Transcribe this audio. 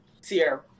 Sierra